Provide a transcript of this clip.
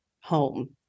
home